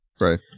right